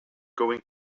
going